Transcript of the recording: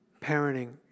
parenting